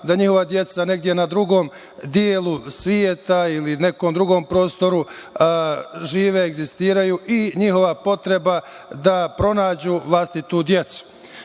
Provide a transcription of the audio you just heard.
da njihova deca negde na drugom delu sveta ili nekom drugom prostoru žive, egzistiraju i njihova potreba da pronađu vlasititu